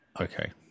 Okay